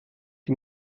sie